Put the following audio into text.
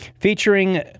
featuring